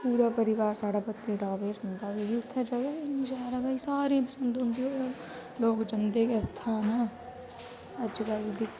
पूरा परिवार साढ़ा पत्नीटाप गै जंदा कि के उत्थैं जगह गै इन्नी शैल भाई सारे पंसद औंंदी ओह जगह लोक जंदे गै उत्थैं न अज्जकल बी